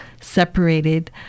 separated